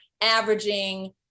averaging